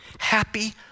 happy